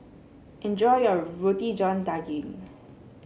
enjoy your Roti John Daging